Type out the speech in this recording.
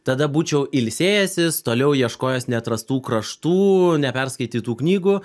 tada būčiau ilsėjęsis toliau ieškojęs neatrastų kraštų neperskaitytų knygų